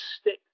stick